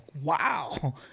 wow